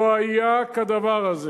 לא היה כדבר הזה